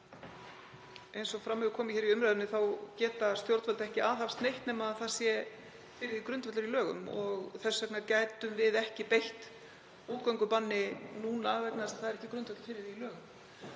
Eins og fram hefur komið í umræðunni geta stjórnvöld ekki aðhafst neitt nema fyrir því sé grundvöllur í lögum og þess vegna gætum við ekki beitt útgöngubanni núna, vegna þess að það er ekki grundvöllur fyrir því í lögum.